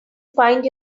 find